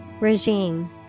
Regime